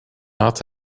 not